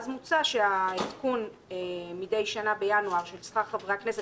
חבר הכנסת קרעי מציע שהעדכון בינואר מידי שנה של שכר חברי הכנסת